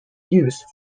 use